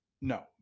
no